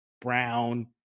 brown